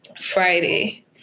Friday